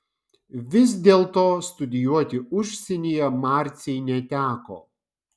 vis dėlto studijuoti užsienyje marcei neteko